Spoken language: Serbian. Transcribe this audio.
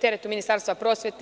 teretu Ministarstva prosvete.